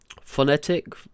Phonetic